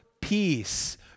peace